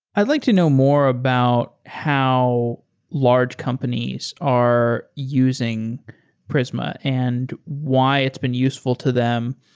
i'd like to know more about how large companies are using prisma and why it's been useful to them.